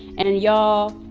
and y'all,